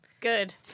Good